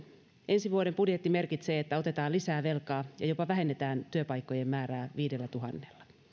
ensi vuoden budjetti merkitsee sitä että otetaan lisää velkaa ja jopa vähennetään työpaikkojen määrää viidellätuhannella